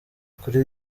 kuri